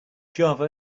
java